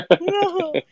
No